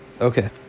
Okay